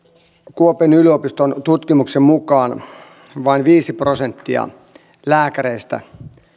kuopion yliopiston tutkimuksen mukaan vain viisi prosenttia lääkäreistä